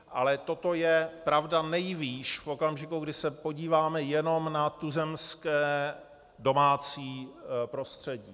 Ale toto je pravda nejvýš v okamžiku, kdy se podíváme jenom na tuzemské domácí prostředí.